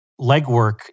legwork